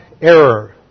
error